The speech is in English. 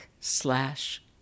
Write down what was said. slash